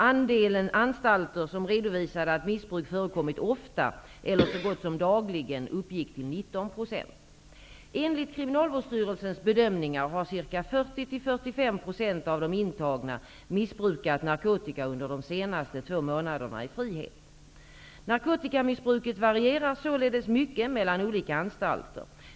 Andelen anstalter som redovisade att missbruk förekommit ofta eller så gott som dagligen uppgick till 19 %. Narkotikamissbruket varierar således mycket mellan olika anstalter.